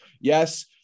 yes